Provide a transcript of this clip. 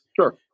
Sure